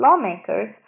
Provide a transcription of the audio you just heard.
lawmakers